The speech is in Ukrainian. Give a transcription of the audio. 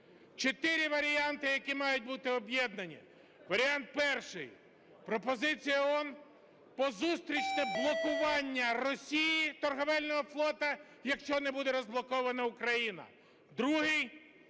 Чотири варіанти, які мають бути об'єднані. Варіант перший. Пропозиція ООН про зустрічне блокування Росії, торговельного флоту, якщо не буде розблокована Україна. Другий.